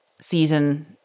season